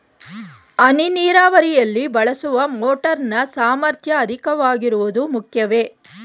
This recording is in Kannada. ಹನಿ ನೀರಾವರಿಯಲ್ಲಿ ಬಳಸುವ ಮೋಟಾರ್ ನ ಸಾಮರ್ಥ್ಯ ಅಧಿಕವಾಗಿರುವುದು ಮುಖ್ಯವೇ?